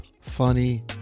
funny